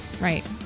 Right